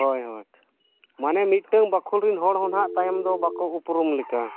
ᱦᱳᱭ ᱦᱳᱭ ᱢᱟᱱᱮ ᱢᱤᱫᱴᱮᱱ ᱵᱟᱠᱷᱳᱞ ᱨᱮᱱ ᱦᱚᱲ ᱦᱚᱸ ᱱᱟᱦᱟᱜ ᱛᱟᱭᱚᱢ ᱫᱚ ᱵᱟᱠᱚ ᱩᱯᱨᱩᱢ ᱞᱮᱠᱟ